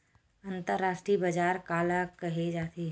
अंतरराष्ट्रीय बजार काला कहे जाथे?